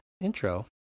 intro